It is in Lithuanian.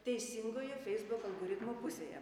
teisingoje feisbuk algoritmo pusėje